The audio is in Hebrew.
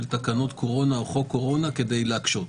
תקנות קורונה או חוק קורונה כדי להקשות.